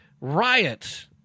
riots